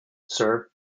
sir